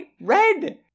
red